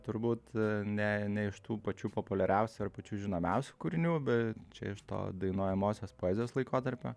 turbūt ne ne iš tų pačių populiariausių ar pačių žinomiausių kūrinių bet čia iš to dainuojamosios poezijos laikotarpio